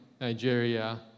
Nigeria